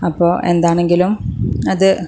അപ്പോൾ എന്താണെങ്കിലും അത്